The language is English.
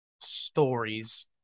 stories